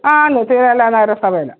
ആണ് തിരുവല്ല നഗരസഭയിലാ